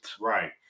Right